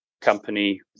company